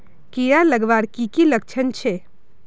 कीड़ा लगवार की की लक्षण छे?